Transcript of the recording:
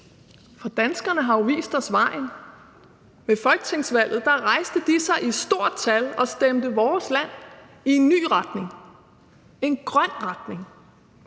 For danskerne har jo vist os vejen. Ved folketingsvalget rejste de sig i stort tal og stemte vores land i en ny retning, en grøn retning.